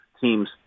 teams